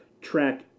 track